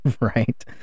right